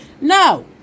No